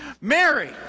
Mary